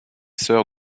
sœurs